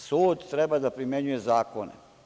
Sud treba da primenjuje zakone.